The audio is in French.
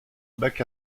bac